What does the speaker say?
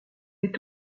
est